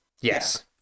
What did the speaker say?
Yes